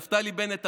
נפתלי בנט אמר: